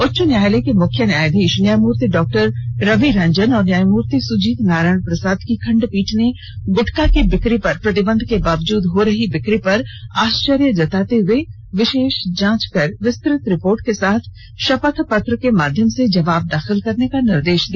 उच्च न्यायालय के मुख्य न्यायाधीष न्यायमूर्ति डॉक्टर रवि रंजन और न्यायमूर्ति सुजीत नारायण प्रसाद की खंडपीठ ने गुटखा की बिकी पर प्रतिबंध के बावजूद हो रही बिकी पर आष्वर्य जताते हुए विषेष जांच कर विस्तृत रिपोर्ट के साथ शपथ पत्र के माध्यम से जवाब दाखिल करने का निर्देष दिया